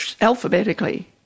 alphabetically